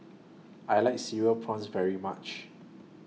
I like Cereal Prawns very much